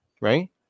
Right